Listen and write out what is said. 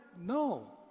No